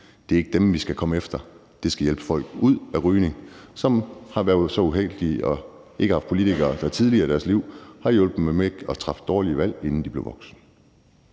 Det er ikke det, vi skal komme efter. Det skal hjælpe folk, som har været så uheldige ikke at have haft politikere, der tidligere i deres liv har hjulpet dem med ikke at træffe dårlige valg, inden de blev voksne,